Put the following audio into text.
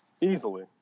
Easily